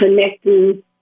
connecting